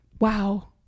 Wow